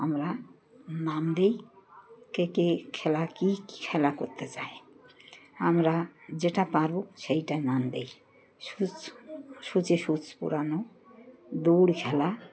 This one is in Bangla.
আমরা নাম দই কে কে খেলা কী কী খেলা করতে চাই আমরা যেটা পারবো সেইটা নাম দই সুচ সুচে সুচ পুরানো দৌড় খেলা